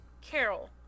Carol